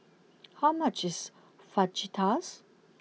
how much is Fajitas